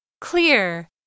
Clear